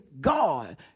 God